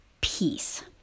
peace